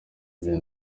uyu